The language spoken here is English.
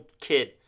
kid